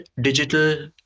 digital